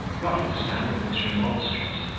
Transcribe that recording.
notwithstanding this remonstrance,